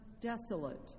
desolate